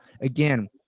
again